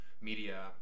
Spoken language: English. media